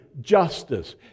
justice